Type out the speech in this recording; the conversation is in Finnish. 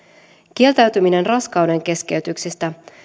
kieltäytyminen raskaudenkeskeytyksistä